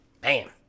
Bam